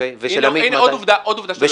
הנה עוד עובדה שלא ידעת.